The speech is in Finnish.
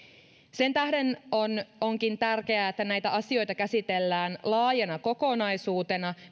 sen tähden onkin tärkeää että näitä asioita käsitellään laajana kokonaisuutena